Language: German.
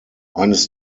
eines